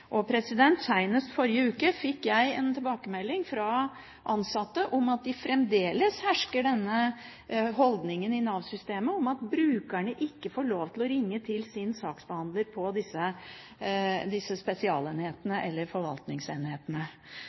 forrige uke fikk jeg en tilbakemelding fra ansatte om at det fremdeles hersker den holdningen i Nav-systemet at brukerne ikke får lov til å ringe til sin saksbehandler på disse spesialenhetene eller forvaltningsenhetene.